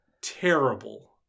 terrible